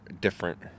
different